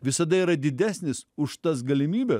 visada yra didesnis už tas galimybes